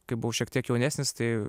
kai buvau šiek tiek jaunesnis tai